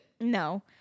No